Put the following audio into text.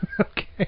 Okay